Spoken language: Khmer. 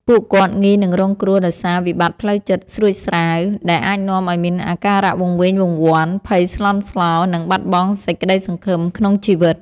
ពួកគាត់ងាយនឹងរងគ្រោះដោយសារ វិបត្តិផ្លូវចិត្តស្រួចស្រាវ ដែលអាចនាំឱ្យមានអាការៈវង្វេងវង្វាន់ ភ័យស្លន់ស្លោ និងបាត់បង់សេចក្តីសង្ឃឹមក្នុងជីវិត។